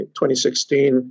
2016